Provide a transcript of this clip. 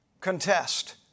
contest